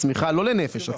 לא לנפש,